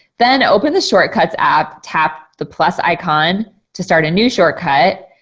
then open the shortcuts app, tap the plus icon to start a new shortcut,